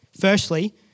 Firstly